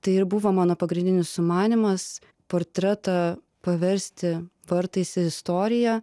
tai ir buvo mano pagrindinis sumanymas portretą paversti vartais į istoriją